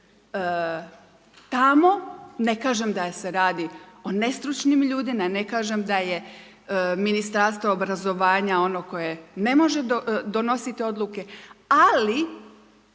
tamo, ne kažem da se radi o nestručnim ljudima, ne kažem da je Ministarstvo obrazovanja ono koje ne može donositi odluke, ali